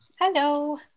Hello